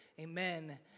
amen